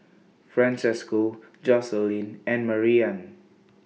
Francesco Joselin and Marian